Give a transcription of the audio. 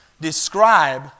describe